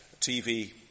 TV